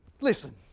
Listen